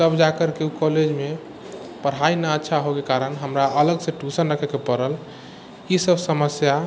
तब जाकरके ओहि कॉलेजमे पढ़ाइ नहि अच्छा होइके कारण हमरा अलगसँ ट्यूशन रखैके पड़ल ईसब समस्या